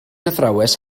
athrawes